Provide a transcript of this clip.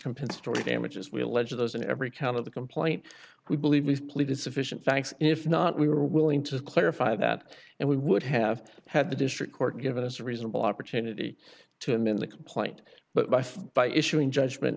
compensatory damages we allege of those in every count of the complaint we believe pleaded sufficient thanks if not we were willing to clarify that and we would have had the district court give us a reasonable opportunity to him in the complaint but by issuing judgment